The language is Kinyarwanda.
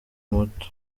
muto